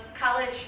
college